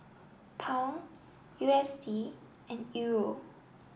Pound U S D and Euro